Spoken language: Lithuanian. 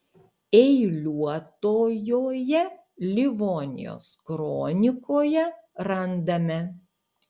eiliuotojoje livonijos kronikoje randame